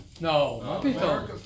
No